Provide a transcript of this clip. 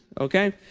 okay